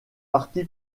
parti